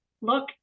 look